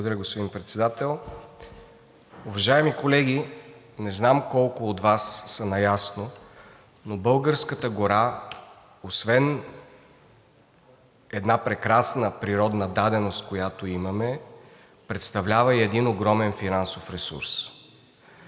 Благодаря, господин Председател. Уважаеми колеги, не знам колко от Вас са наясно, но българската гора освен прекрасна природна даденост, която имаме, представлява и огромен финансов ресурс.